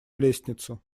лестницу